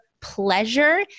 pleasure